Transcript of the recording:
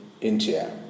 India